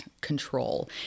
control